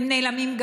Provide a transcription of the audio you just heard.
הם נעלמים,